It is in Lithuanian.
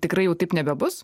tikrai jau taip nebebus